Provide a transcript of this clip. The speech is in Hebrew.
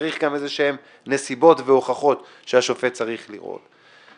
צריך גם נסיבות והוכחות שהשופט צריך לראות.